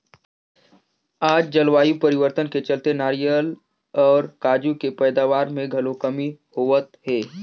आज जलवायु परिवर्तन के चलते नारियर अउ काजू के पइदावार मे घलो कमी होवत हे